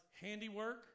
handiwork